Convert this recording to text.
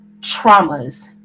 traumas